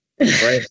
Right